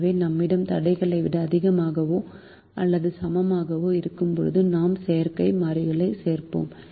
எனவே நம்மிடம் தடைகளை விட அதிகமாகவோ அல்லது சமமாகவோ இருக்கும்போது நாம் செயற்கை மாறிகளைச் சேர்ப்போம்